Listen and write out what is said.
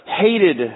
hated